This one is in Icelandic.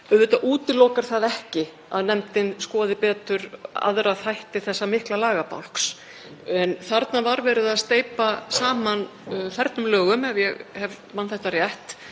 útilokar það ekki að nefndin skoði betur aðra þætti þessa mikla lagabálks en þarna var verið að steypa saman fernum lögum, ef ég man rétt,